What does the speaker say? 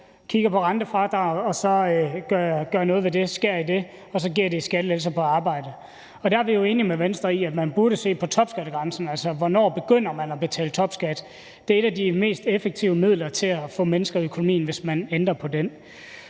kigger på rentefradraget og så gør noget ved det, skærer i det og så giver skattelettelser på arbejde. Der er vi jo enige med Venstre i, at man burde se på topskattegrænsen – altså hvornår man begynder at betale topskat. Det er et af de mest effektive midler til at få mennesker i økonomien, hvis man ændrer på den.